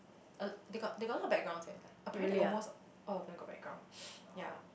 uh they got they got a lot of backgrounds eh like a parent almost all all of them got background yea